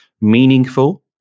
meaningful